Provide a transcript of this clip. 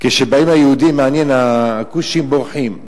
כשבאים היהודים, מעניין, הכושים בורחים.